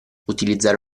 utilizzare